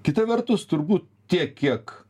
kita vertus turbūt tiek kiek